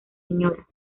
sra